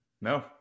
No